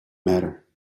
matter